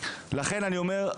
לכן אני אומר,